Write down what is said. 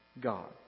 God